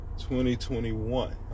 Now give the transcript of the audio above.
2021